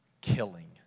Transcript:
killing